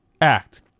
act